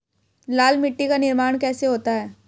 लाल मिट्टी का निर्माण कैसे होता है?